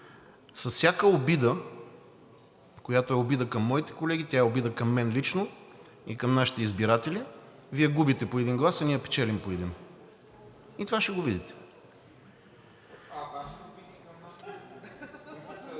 всяка обида, която е обида към моите колеги, е обида към мен лично и към нашите избиратели – Вие губите по един глас, а ние печелим по един. И това ще го видите. (Реплики от народния